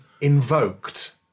invoked